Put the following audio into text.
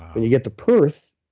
when you get to perth,